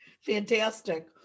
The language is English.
Fantastic